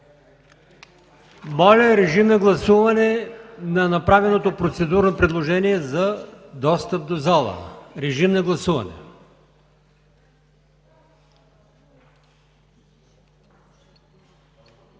Моля, режим на гласуване на направеното процедурно предложение за достъп до залата. Гласували